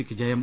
C ക്ക് ജയം